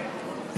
פרלמנט.